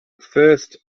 first